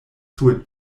sur